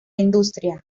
industria